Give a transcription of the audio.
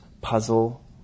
puzzle